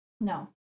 no